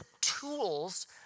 tools